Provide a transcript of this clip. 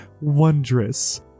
wondrous